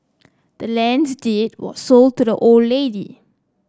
the land's deed was sold to the old lady